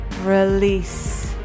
Release